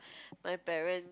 my parent